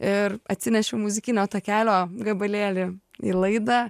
ir atsinešiau muzikinio takelio gabalėlį į laidą